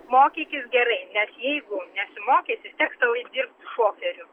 mokykis gerai nes jeigu nesimokysi teks tau eit dirbt šoperiu